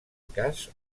cas